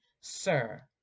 sir